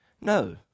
No